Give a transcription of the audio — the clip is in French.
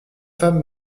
femmes